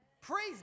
Praise